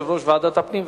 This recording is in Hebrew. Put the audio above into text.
יושב-ראש ועדת הפנים,